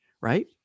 right